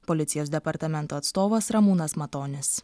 policijos departamento atstovas ramūnas matonis